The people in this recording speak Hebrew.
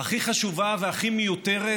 הכי חשובה והכי מיותרת